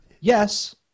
Yes